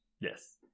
Yes